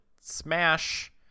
Smash